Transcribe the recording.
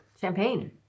Champagne